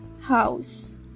house